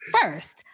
first